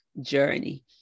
journey